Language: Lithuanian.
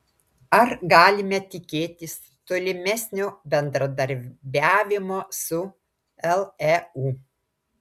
ar galime tikėtis tolimesnio bendradarbiavimo su leu